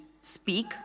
speak